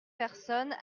personnes